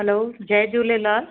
hello जय झूलेलाल